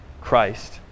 Christ